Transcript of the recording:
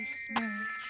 smash